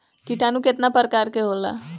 किटानु केतना प्रकार के होला?